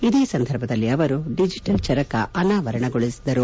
ಇದೇ ಸಂದರ್ಭದಲ್ಲಿ ಅವರು ಡಿಜೆಟಲ್ ಚರಕ ಅನಾವರಣಗೊಳಿಸಿದರು